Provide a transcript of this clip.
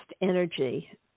energy